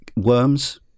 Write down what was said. Worms